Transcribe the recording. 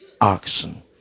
oxen